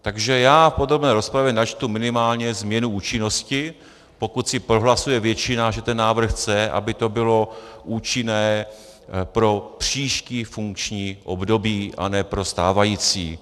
Takže já v podrobné rozpravě načtu minimálně změnu účinnosti, pokud si prohlasuje většina, že ten návrh chce, aby to bylo účinné pro příští funkční období anebo pro stávající.